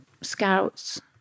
scouts